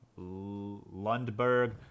Lundberg